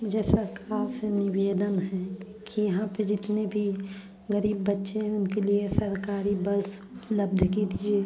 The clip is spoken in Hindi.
मुझे सरकार से निवेदन है कि यहाँ पर जितने भी गरीब बच्चे हैं उनके लिए सरकारी बस उपलब्ध कीजिए